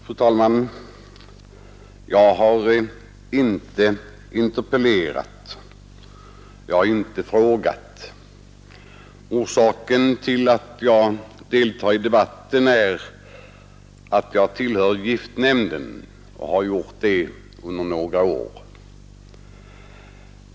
Fru talman! Jag har inte interpellerat. Jag har inte ställt någon enkel fråga. Orsaken till att jag deltar i debatten är att jag tillhör giftnämnden och har gjort det under några år.